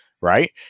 Right